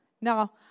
Now